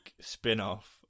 spin-off